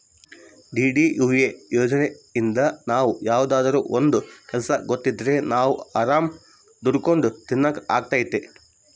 DDUA ಯೋಜನೆಇಂದ ನಾವ್ ಯಾವ್ದಾದ್ರೂ ಒಂದ್ ಕೆಲ್ಸ ಗೊತ್ತಿದ್ರೆ ನಾವ್ ಆರಾಮ್ ದುಡ್ಕೊಂಡು ತಿನಕ್ ಅಗ್ತೈತಿ